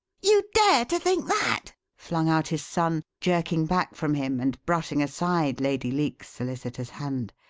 you dare to think that? flung out his son, jerking back from him and brushing aside lady leake's solicitous hand.